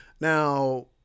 Now